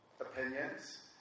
opinions